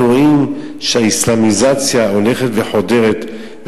אנחנו רואים שהאסלאמיזציה הולכת וחודרת,